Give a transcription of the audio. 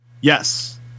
Yes